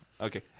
Okay